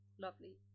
lovely